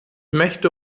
möchte